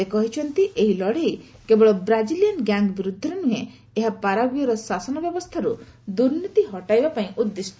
ସେ କହିଛନ୍ତି ଏହି ଲଢ଼େଇ କେବଳ ବ୍ରାଜିଲିଆନ୍ ଗ୍ୟାଙ୍ଗ ବିରୁଦ୍ଧରେ ନୁହେଁ ଏହା ପାରାଗୁଏର ଶାସନ ବ୍ୟବସ୍ଥାରୁ ଦୁର୍ନୀତି ହଟାଇବା ପାଇଁ ଉଦ୍ଦିଷ୍ଟ